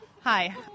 Hi